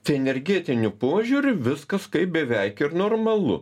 tai energetiniu požiūriu viskas kaip beveik ir normalu